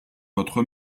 votre